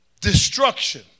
destruction